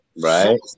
Right